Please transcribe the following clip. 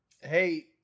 hey